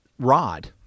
rod